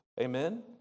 Amen